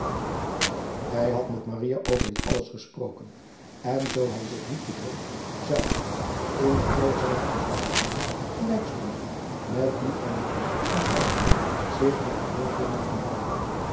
ij had met over dit alles gesproken en zoo hij zich niet bedroog zou hij ingevalle zijne omstandigheden gelijk stonden met die van den eer zich met de voorkeur mogen vleijen